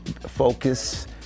focus